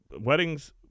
weddings